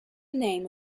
name